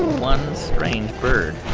one strange bird